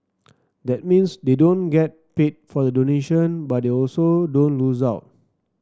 that means they don't get paid for the donation but they also don't lose out